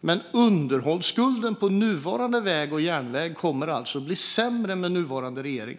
Men underhållsskulden på nuvarande väg och järnväg kommer alltså att bli sämre med nuvarande regering.